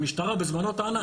המשטרה בזמנו טענה,